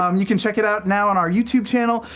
um you can check it out now on our youtube channel.